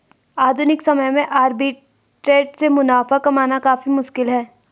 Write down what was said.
आधुनिक समय में आर्बिट्रेट से मुनाफा कमाना काफी मुश्किल है